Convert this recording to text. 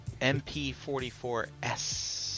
MP44S